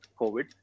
COVID